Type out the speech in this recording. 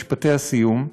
משפטי הסיום.